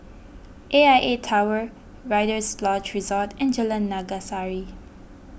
A I A Tower Rider's Lodge Resort and Jalan Naga Sari